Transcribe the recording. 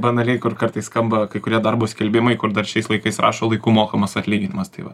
banaliai kur kartais skamba kai kurie darbo skelbimai kur dar šiais laikais rašo laiku mokamas atlyginimas tai va